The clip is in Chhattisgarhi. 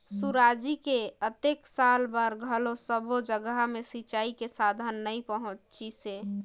सुराजी के अतेक साल बार घलो सब्बो जघा मे सिंचई के साधन नइ पहुंचिसे